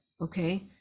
Okay